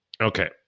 Okay